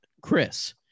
chris